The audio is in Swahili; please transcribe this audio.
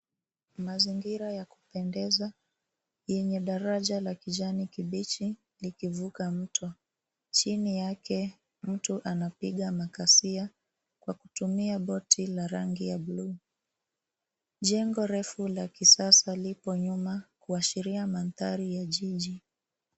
Mazingira ya kupendeza yenye daraja la kijani kibichi likivuka mto. Chini yake mtu anapiga makasia kwa kutumia boti la rangi ya blue . Jengo refu la kisasa lipo nyuma kuashiria mandhari ya jiji.